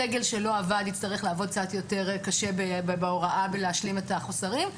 סגל שלא עבד יצטרך לעבוד קצת יותר קשה בהוראה להשלים את החוסרים,